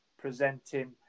presenting